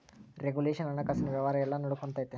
regulation ಹಣಕಾಸಿನ ವ್ಯವಹಾರ ಎಲ್ಲ ನೊಡ್ಕೆಂತತೆ